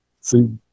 See